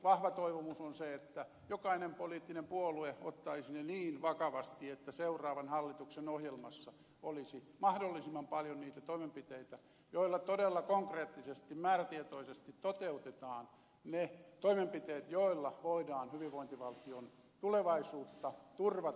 vahva toivomus on se että jokainen poliittinen puolue ottaisi ne niin vakavasti että seuraavan hallituksen ohjelmassa olisi mahdollisimman paljon niitä toimenpiteitä joilla todella konkreettisesti määrätietoisesti toteutetaan ne toimenpiteet joilla voidaan hyvinvointivaltion tulevaisuutta turvata